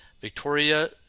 Victoria